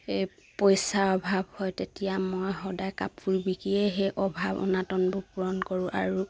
এই পইচা অভাৱ হয় তেতিয়া মই সদায় কাপোৰ বিকিয়ে সেই অভাৱ অনাটনবোৰ পূৰণ কৰোঁ আৰু